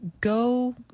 go